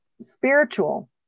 spiritual